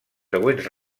següents